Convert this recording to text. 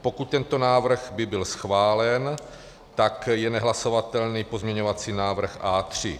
Pokud tento návrh by byl schválen, tak je nehlasovatelný pozměňovací návrh A3.